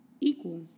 equal